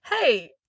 Hey